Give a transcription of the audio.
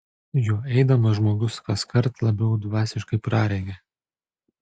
juo eidamas žmogus kaskart labiau dvasiškai praregi